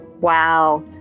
Wow